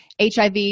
HIV